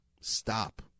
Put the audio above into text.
stop